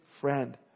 friend